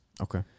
Okay